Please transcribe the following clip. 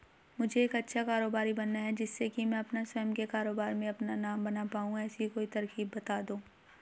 मुझे एक अच्छा कारोबारी बनना है जिससे कि मैं अपना स्वयं के कारोबार में अपना नाम बना पाऊं ऐसी कोई तरकीब पता दो?